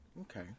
Okay